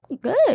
Good